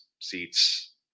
seats